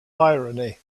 irony